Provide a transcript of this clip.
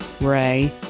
ray